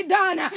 done